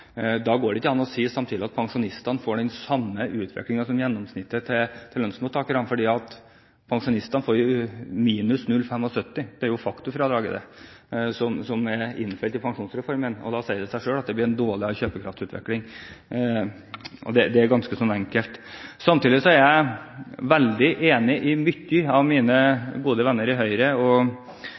Da går det ikke an å si samtidig at pensjonistene får den samme utviklingen som gjennomsnittet til lønnsmottakerne, for pensjonistene får minus 0,75 pst. Det er jo de facto-fradraget som er innfelt i pensjonsreformen det, og da sier det seg selv at det blir en dårligere kjøpekraftsutvikling. Det er ganske enkelt. Samtidig er jeg veldig enig i mye av det mine gode venner i Høyre,